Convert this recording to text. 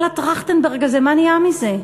כל הטרכטנברג הזה, מה נהיה מזה?